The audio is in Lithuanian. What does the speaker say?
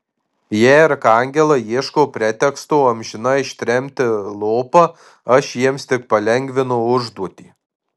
jei arkangelai ieško preteksto amžinai ištremti lopą aš jiems tik palengvinu užduotį